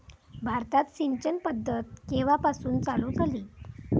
भारतात सिंचन पद्धत केवापासून चालू झाली?